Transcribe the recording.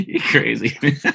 crazy